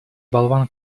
болван